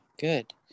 good